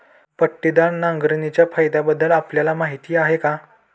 पट्टीदार नांगरणीच्या फायद्यांबद्दल आपल्याला माहिती आहे का?